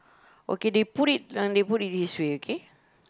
okay they put it they put it this way okay